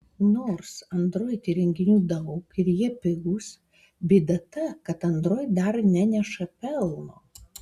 nors android įrenginių daug ir jie pigūs bėda ta kad android dar neneša pelno